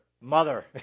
Mother